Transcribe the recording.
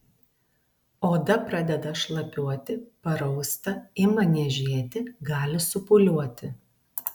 oda pradeda šlapiuoti parausta ima niežėti gali supūliuoti